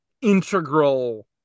integral